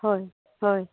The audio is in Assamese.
হয় হয়